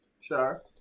Sure